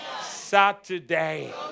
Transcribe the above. Saturday